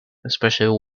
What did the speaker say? especially